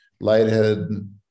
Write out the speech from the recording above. lightheaded